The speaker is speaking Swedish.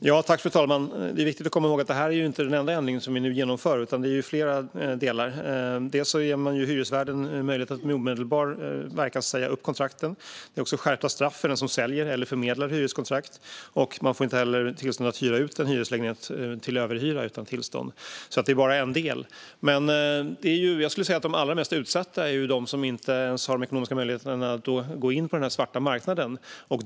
Fru talman! Det är viktigt att komma ihåg att det här inte är den enda ändringen vi genomför. Det är flera delar. Bland annat ger man hyresvärden möjlighet att med omedelbar verkan säga upp kontraktet. Det blir också skärpta straff för den som säljer eller förmedlar hyreskontrakt. Det kommer inte heller att vara tillåtet att hyra ut en hyreslägenhet till överhyra utan tillstånd. Det här är alltså bara en del. Jag skulle vilja säga att de allra mest utsatta är de som inte ens har de ekonomiska möjligheterna att gå in på den svarta marknaden.